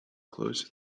closed